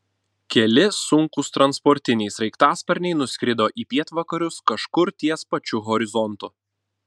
keli sunkūs transportiniai sraigtasparniai nuskrido į pietvakarius kažkur ties pačiu horizontu